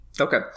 okay